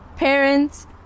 Parents